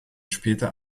später